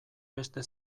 beste